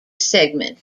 segment